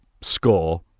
score